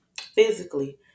physically